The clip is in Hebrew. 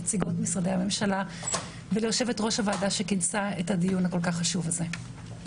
נציגות וליושבת שכינסה את הדיון הכול כך חשוב הזה.